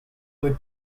were